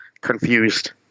confused